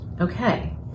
Okay